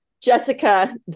Jessica